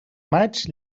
maig